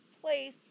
place